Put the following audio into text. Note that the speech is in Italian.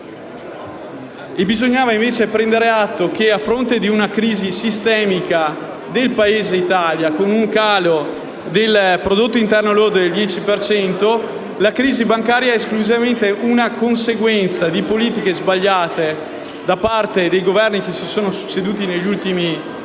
Bisognava invece prendere atto del fatto che, a fronte di una crisi sistemica dell'Italia con un calo del prodotto interno lordo del 10 per cento, la crisi bancaria è esclusivamente una conseguenza di politiche sbagliate da parte dei Governi che si sono succeduti negli ultimi sei